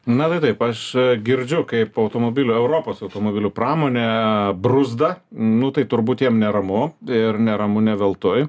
na tai taip aš girdžiu kaip automobilių europos automobilių pramonė bruzda nu tai turbūt jiem neramu ir neramu ne veltui